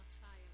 Messiah